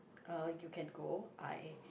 uh you can go I